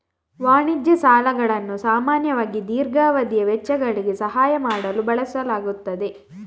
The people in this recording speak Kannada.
ವಾಣಿಜ್ಯ ಸಾಲಗಳನ್ನು ಸಾಮಾನ್ಯವಾಗಿ ದೀರ್ಘಾವಧಿಯ ವೆಚ್ಚಗಳಿಗೆ ಸಹಾಯ ಮಾಡಲು ಬಳಸಲಾಗುತ್ತದೆ